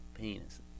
penis